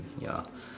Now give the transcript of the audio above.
ya